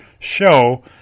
show